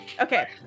Okay